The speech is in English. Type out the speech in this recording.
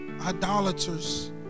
idolaters